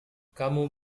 kamu